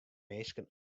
minsken